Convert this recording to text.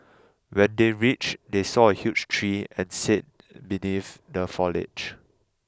when they reach they saw a huge tree and sat beneath the foliage